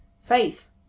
Faith